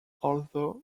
although